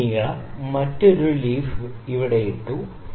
ഈ നീളം ഞാൻ മറ്റൊരു ലീഫ് ഇവിടെ ഇട്ടു